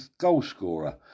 goalscorer